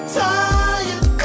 tired